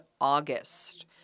August